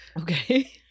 Okay